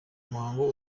muhango